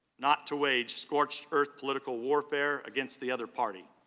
not to wage scorched-earth political warfare against the other party.